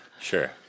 Sure